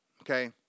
okay